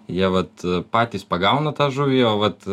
jie vat patys pagauna tą žuvį o vat